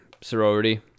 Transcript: sorority